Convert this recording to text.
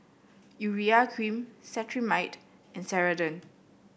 Urea Cream Cetrimide and Ceradan